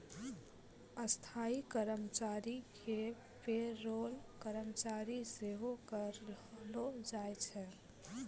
स्थायी कर्मचारी के पे रोल कर्मचारी सेहो कहलो जाय छै